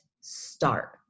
start